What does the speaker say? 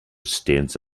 stands